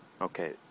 Okay